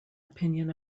opinion